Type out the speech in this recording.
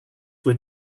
were